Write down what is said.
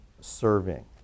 serving